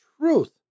truth